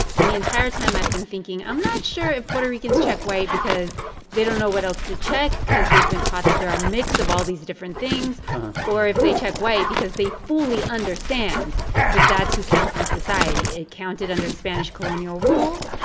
and the entire time, i've been thinking, i'm not sure if puerto ricans check white because they don't know what else to check cause they've been taught that they're a mix of all these different things or if they check white because they fully understand that that's who counts in society. it counted under spanish colonial rule,